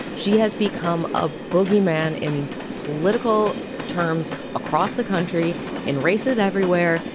she has become a bogeyman, in political terms, across the country in races everywhere.